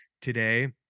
today